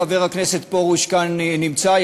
חבר הכנסת פרוש נמצא כאן,